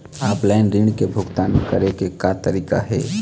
Offline ऋण के भुगतान करे के का तरीका हे?